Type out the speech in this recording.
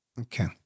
Okay